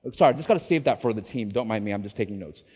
sorry just gotta save that for the team. don't mind me, i'm just taking notes.